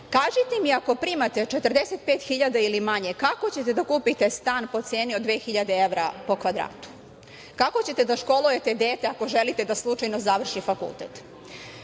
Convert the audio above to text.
Kažite mi, ako primate 45.000 ili manje, kako ćete da kupite stan po ceni od 2.000 evra po kvadratu? Kako ćete da školujete dete ako želite da slučajno završi fakultet?